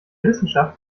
wissenschaft